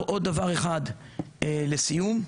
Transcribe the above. לסיום,